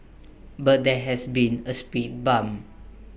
but there has been A speed bump